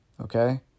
Okay